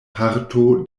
parto